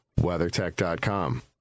WeatherTech.com